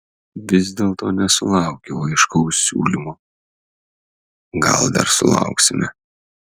vis dėlto nesulaukiau aiškaus siūlymo gal dar sulauksime